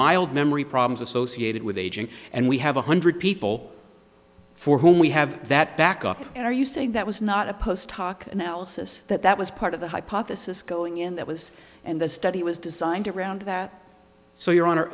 mild memory problems associated with aging and we have a hundred people for whom we have that back up and are you saying that was not a post hoc analysis that that was part of the hypothesis going in that was and the study was designed around that so your hon